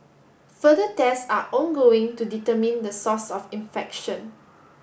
further tests are ongoing to determine the source of infection